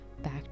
back